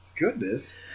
Goodness